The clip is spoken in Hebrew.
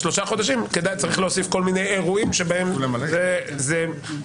צריך להוסיף כל מיני אירועים שבהם ביחס